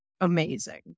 amazing